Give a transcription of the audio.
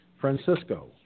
Francisco